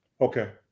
Okay